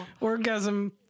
orgasm